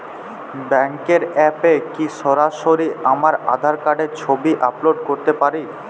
ব্যাংকের অ্যাপ এ কি সরাসরি আমার আঁধার কার্ডের ছবি আপলোড করতে পারি?